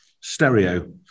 stereo